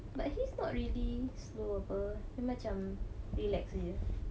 but he is not really somber dia macam rilek saja